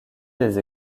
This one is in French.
des